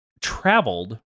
traveled